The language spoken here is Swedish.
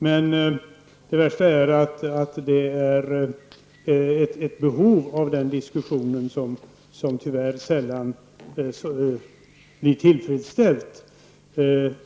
Men det värsta är att det finns ett behov av en sådan diskussion och att det sällan blir tillfredsställt.